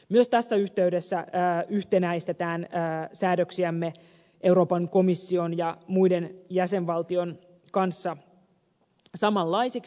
myös tässä yhteydessä yhtenäistetään säädöksiämme euroopan komission ja muiden jäsenvaltioiden kanssa samanlaisiksi